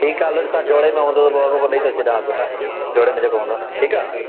ठीकु आहे हलो ॾिसां जोड़े में हूंदो त अॻो पोइ ॾेई तो छॾियांसि न जोड़े में जेको हूंदो ठीकु आहे